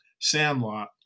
Sandlot